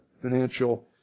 financial